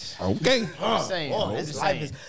Okay